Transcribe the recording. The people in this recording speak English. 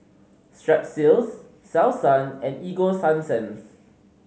Strepsils Selsun and Ego Sunsense